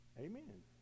Amen